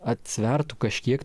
atsvertų kažkiek